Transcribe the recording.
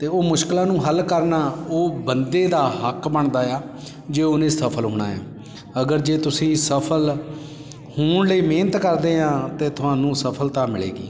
ਅਤੇ ਉਹ ਮੁਸ਼ਕਿਲਾਂ ਨੂੰ ਹੱਲ ਕਰਨਾ ਉਹ ਬੰਦੇ ਦਾ ਹੱਕ ਬਣਦਾ ਏ ਆ ਜੇ ਉਹਨੇ ਸਫਲ ਹੋਣਾ ਹੈ ਅਗਰ ਜੇ ਤੁਸੀਂ ਸਫਲ ਹੋਣ ਲਈ ਮਿਹਨਤ ਕਰਦੇ ਹਾਂ ਅਤੇ ਤੁਹਾਨੂੰ ਸਫਲਤਾ ਮਿਲੇਗੀ